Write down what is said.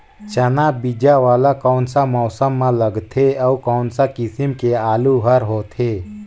चाना बीजा वाला कोन सा मौसम म लगथे अउ कोन सा किसम के आलू हर होथे?